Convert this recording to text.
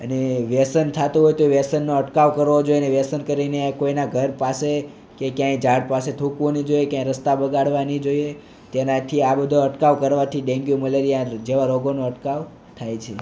અને વ્યસન થતું હોય તો વ્યસનનો અટકાવ કરવો જોઈએ અને વ્યસન કરીને કોઈના ઘર પાસે કે ક્યાંય ઝાડ પાસે થૂકવું નહીં જોઇએ ક્યાંય રસ્તા બગાડવા નહીં જોઈએ તેનાથી આ બધો અટકાવ કરવાથી ડેન્ગ્યુ મેલેરીયા જેવા રોગોનું અટકાવ થાય છે